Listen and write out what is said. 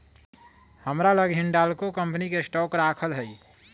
हमरा लग हिंडालको कंपनी के स्टॉक राखल हइ